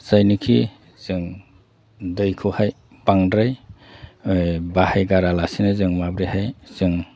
जायनिखि जों दैखौहाय बांद्राय ओइ बाहायगारा लासिनो जों माब्रै जों